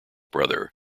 brother